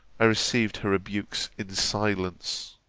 i received her rebukes in silence.